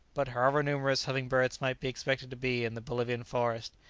but however numerous humming-birds might be expected to be in the bolivian forest,